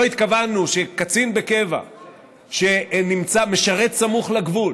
לא התכוונו שקצין בקבע שמשרת סמוך לגבול